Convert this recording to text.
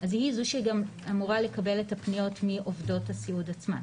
אז היא זו שגם אמורה לקבל את הפניות מעובדות הסיעוד עצמן.